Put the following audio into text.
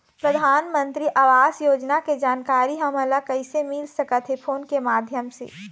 परधानमंतरी आवास योजना के जानकारी हमन ला कइसे मिल सकत हे, फोन के माध्यम से?